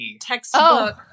Textbook